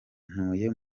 ntuye